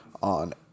on